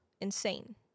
insane